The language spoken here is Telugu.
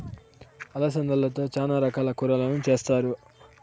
అలసందలతో చానా రకాల కూరలను చేస్తారు